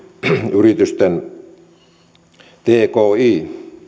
yritysten tki